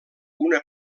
una